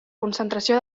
concentració